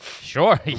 Sure